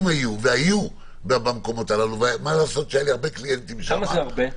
והיו במקומות הללו --- כמה זה הרבה?